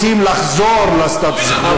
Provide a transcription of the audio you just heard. אנחנו רוצים לחזור לסטטוס-קוו,